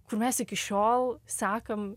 kur mes iki šiol sekam